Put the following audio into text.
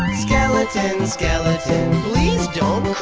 skeleton, skeleton please don't